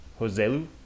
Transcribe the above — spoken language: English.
Joselu